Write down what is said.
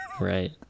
Right